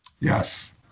Yes